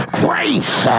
grace